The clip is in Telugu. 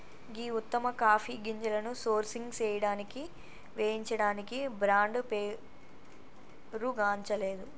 గీ ఉత్తమ కాఫీ గింజలను సోర్సింగ్ సేయడానికి వేయించడానికి బ్రాండ్ పేరుగాంచలేదు